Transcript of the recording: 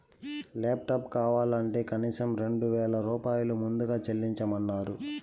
laptop కావాలంటే కనీసం రెండు వేల రూపాయలు ముందుగా చెల్లించమన్నరు